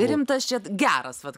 rimtas čia geras vat